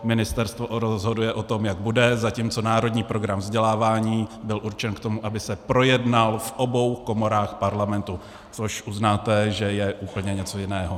Ministerstvo rozhoduje o tom, jak bude, zatímco národní program vzdělávání byl určen k tomu, aby se projednal v obou komorách Parlamentu, což uznáte, že je úplně něco jiného.